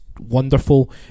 wonderful